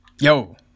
yo